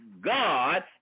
God